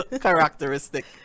characteristic